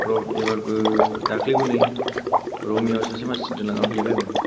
र' एबारबो दाखलिबो नै रङियायाव सासे मानसि दोनलांना फैलायबाय आङो